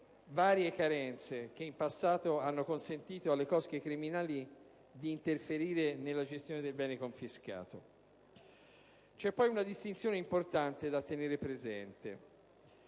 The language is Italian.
varie carenze che in passato hanno consentito alle cosche criminali di interferire nella gestione del bene confiscato. C'è poi una distinzione importante da tenere presente: